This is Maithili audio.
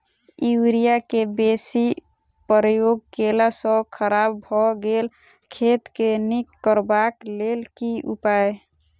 यूरिया केँ बेसी प्रयोग केला सऽ खराब भऽ गेल खेत केँ नीक करबाक लेल की उपाय?